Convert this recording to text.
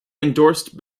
endorsed